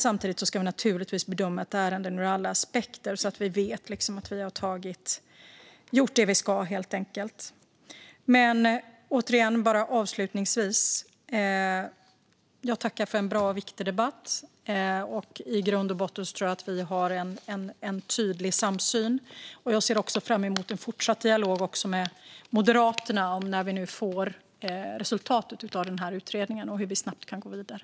Samtidigt ska vi naturligtvis bedöma ett ärende ur alla aspekter så att vi vet att vi helt enkelt har gjort det vi ska. Avslutningsvis tackar jag för en bra och viktig debatt. I grund och botten tror jag att vi har en tydlig samsyn. Jag ser fram emot en fortsatt dialog med Moderaterna när vi nu får resultatet av utredningen, för att se hur vi snabbt kan gå vidare.